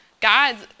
God's